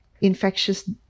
infectious